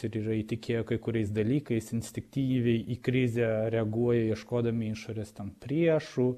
ir yra įtikėję kai kuriais dalykais instinktyviai į krizę reaguoja ieškodami išorės tam priešų